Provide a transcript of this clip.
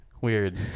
Weird